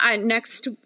next